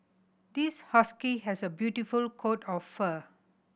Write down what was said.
this husky has a beautiful coat of fur